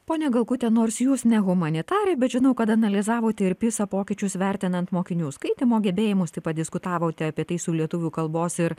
ponia galkute nors jūs ne humanitarė bet žinau kad analizavote ir pisa pokyčius vertinant mokinių skaitymo gebėjimus taip pat diskutavote apie tai su lietuvių kalbos ir